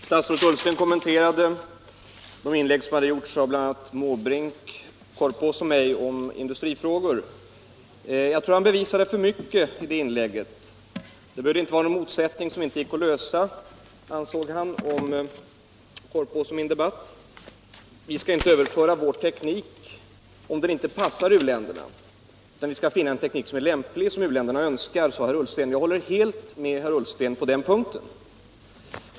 Herr talman! Statsrådet Ullsten kommenterade de inlägg om industrifrågor som bl.a. herr Måbrink, herr Korpås och jag gjort. Jag tror att han bevisade för mycket. Det behövde inte finnas någon motsättning som inte gick att lösa, ansåg han om herr Korpås och min debatt. Vi skall inte överföra vår teknik, om den inte passar u-länderna, utan vi skall finna en teknik som är lämplig och som u-länderna önskar, sade herr Ullsten vidare, och jag håller helt med honom på den punkten.